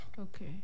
okay